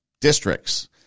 districts